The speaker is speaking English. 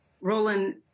Roland